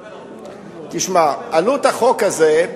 תשמע, עלות החוק הזה,